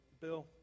Bill